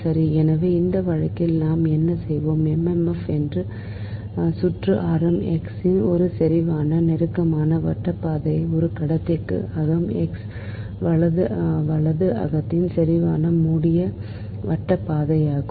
சரி எனவே இந்த வழக்கில் நாம் என்ன செய்வோம் MMF சுற்று ஆரம் x இன் ஒரு செறிவான நெருக்கமான வட்டப் பாதை இது கடத்திக்கு அகம் x வலது அகத்தின் செறிவான மூடிய வட்டப் பாதையாகும்